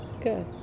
Good